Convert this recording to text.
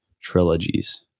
trilogies